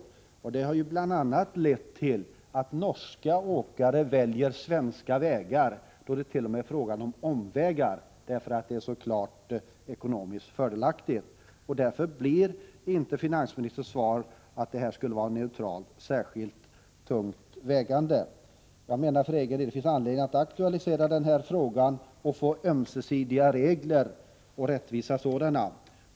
Den nuvarande ordningen har bl.a. lett till att norska åkare väljer svenska vägar, t.o.m. i fall där körsträckan härigenom blir längre, eftersom detta ställer sig klart ekonomiskt fördelaktigt. Finansministerns besked att skatten är konkurrensneutral är därför inte särskilt tungt vägande. Jag menar för egen del att det finns anledning att aktualisera frågan om det är möjligt att åstadkomma ömsesidigt rättvisa regler.